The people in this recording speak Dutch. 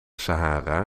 sahara